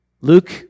Luke